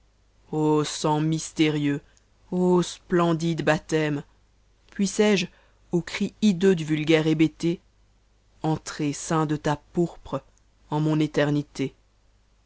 sang mystérieux ô splendide baptême puissé-je aux cris hideux du vulgaire hébété entrer ceint de ta pourpre en mon éternité